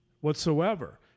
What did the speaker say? whatsoever